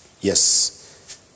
Yes